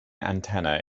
antenna